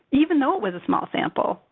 even though it was a small sample.